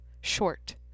short